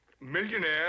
Millionaire